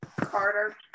Carter